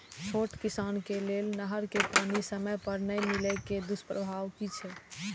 छोट किसान के लेल नहर के पानी समय पर नै मिले के दुष्प्रभाव कि छै?